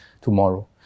tomorrow